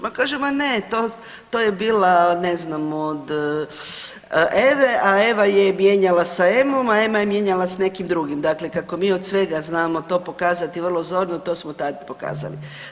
Ma kaže – ma ne to je bila ne znam od Eve, a Eva je mijenjala sa Emom, a Ema je mijenjala sa nekim drugim, Dakle, kako mi od svega znamo to pokazati vrlo zorno, to smo tada pokazali.